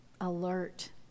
alert